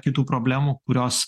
kitų problemų kurios